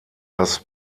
das